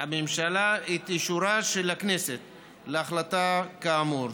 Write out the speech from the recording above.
הממשלה את אישורה של הכנסת להחלטה כאמור.